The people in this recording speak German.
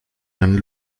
einen